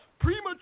premature